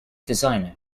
designer